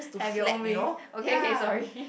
have your own wings okay okay sorry